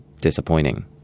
disappointing